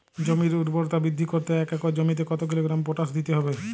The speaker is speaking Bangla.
জমির ঊর্বরতা বৃদ্ধি করতে এক একর জমিতে কত কিলোগ্রাম পটাশ দিতে হবে?